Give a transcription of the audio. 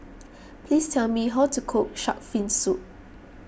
please tell me how to cook Shark's Fin Soup